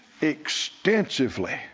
extensively